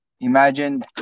Imagine